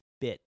bit